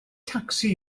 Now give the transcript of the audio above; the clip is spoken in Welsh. tacsi